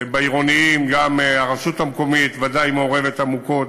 בעירוניים, גם הרשות המקומית ודאי מעורבת עמוקות,